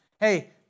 Hey